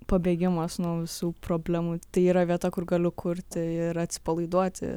pabėgimas nuo visų problemų tai yra vieta kur galiu kurti ir atsipalaiduoti